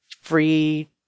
free